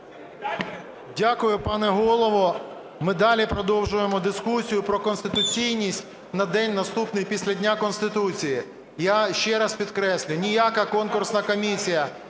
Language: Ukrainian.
Дякую, пане Голово. Ми далі продовжуємо дискусію про конституційність на день, наступний після Дня Конституції. Я ще раз підкреслюю, ніяка конкурсна комісія